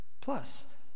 plus